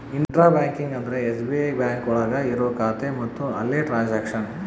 intra banking ಅಂದ್ರೆ SBI bank ಒಳಗ ಇರೋ ಖಾತೆ ಮತ್ತು ಅಲ್ಲೇ ಟ್ರನ್ಸ್ಯಾಕ್ಷನ್